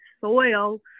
soil